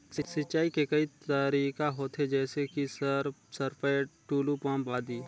सिंचाई के कई तरीका होथे? जैसे कि सर सरपैट, टुलु पंप, आदि?